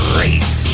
race